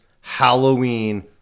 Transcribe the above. Halloween